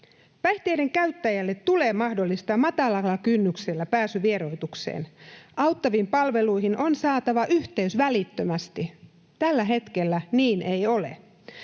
Päihteiden käyttäjälle tulee mahdollistaa matalalla kynnyksellä pääsy vieroitukseen. Auttaviin palveluihin on saatava yhteys välittömästi. Tällä hetkellä niin ei ole.